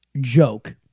joke